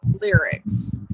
lyrics